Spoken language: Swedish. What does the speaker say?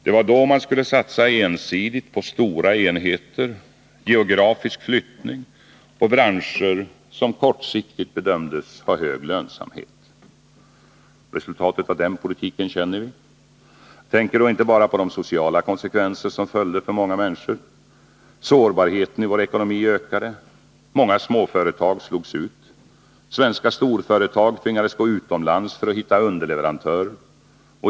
Det var då man skulle satsa ensidigt på stora enheter, på geografisk flyttning och på branscher som kortsiktigt bedömdes ha hög lönsamhet. Resultatet av den politiken känner vi till. Jag tänker då inte bara på de sociala konsekvenserna för många människor. Sårbarheten i vår ekonomi ökade. Många småföretag slogs ut. Svenska storföretag tvingades gå utomlands för att hitta underleverantörer.